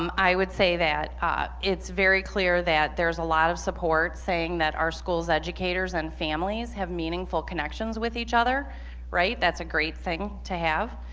um i would say that it's very clear that there's a lot of support saying that our schools educators and families have meaningful connections with each other right that's a great thing to have.